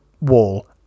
wall